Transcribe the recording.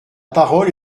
parole